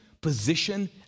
position